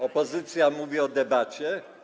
Opozycja mówi o debacie?